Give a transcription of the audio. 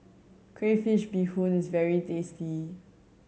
crayfish beehoon is very tasty